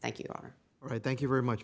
thank you are right thank you very much